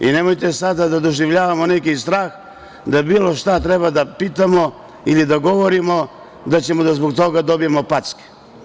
Nemojte sada da doživljavamo neki strah kad bilo šta treba da pitamo ili da govorimo, da ćemo zbog toga da dobijemo packe.